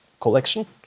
collection